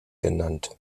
genannt